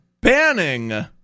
banning